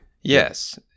Yes